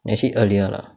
actually earlier lah